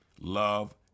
Love